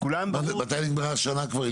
מתי נגמרה השנה כבר?